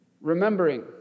remembering